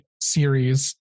series